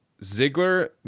Ziggler